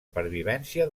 pervivència